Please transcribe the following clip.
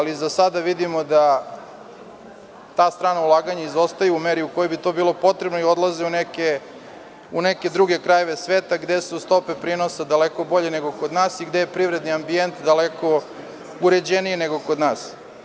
Za sada vidimo da ta strana ulaganja izostaju u meri u kojoj bi to bilo potrebno i odlaze u neke druge krajeve sveta gde su stope prenosa daleko bolje nego kod nas i gde je privredni ambijent daleko uređeniji nego kod nas.